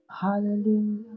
Hallelujah